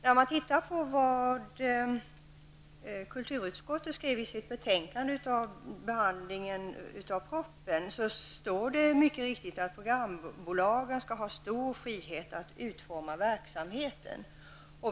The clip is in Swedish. Ser man på vad kulturutskottet skrev vid behandlingen av propositionen finner man att programbolagen skall ha stor frihet att utforma verksamheten.